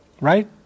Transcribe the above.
Right